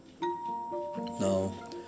now